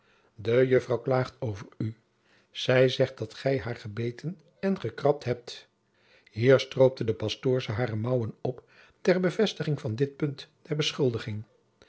de juffer klaagt over u zij zegt dat gij haar gebeten en gekrabt hebt hier stroopte de pastoorsche hare mouwen op ter bevestiging van dit punt der beschuldiging